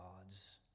gods